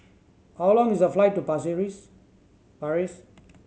how long is the flight to Paris